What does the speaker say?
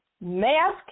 mask